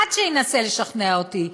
אחד שינסה לשכנע אותי.